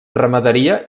ramaderia